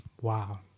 Wow